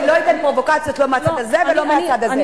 אני לא אתן פרובוקציות לא מהצד הזה ולא מהצד הזה.